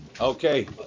Okay